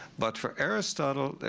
but for aristotle,